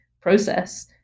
process